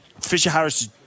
Fisher-Harris